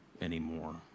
anymore